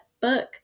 book